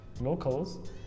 locals